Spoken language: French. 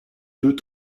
deux